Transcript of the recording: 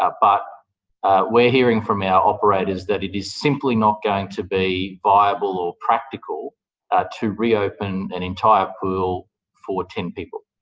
ah but we're hearing from our operators that it is simply not going to be viable or practical ah to reopen an entire pool for ten people.